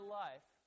life